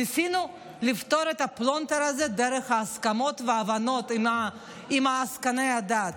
ניסינו לפתור את הפלונטר הזה דרך הסכמות והבנות עם עסקני הדת.